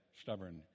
stubborn